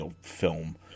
film